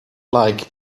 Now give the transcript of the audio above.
like